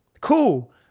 Cool